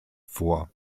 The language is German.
vor